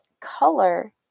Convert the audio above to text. color